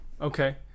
Okay